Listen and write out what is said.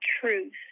truth